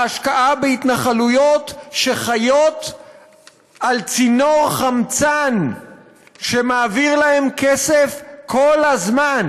ההשקעה בהתנחלויות שחיות על צינור חמצן שמעביר להן כסף כל הזמן,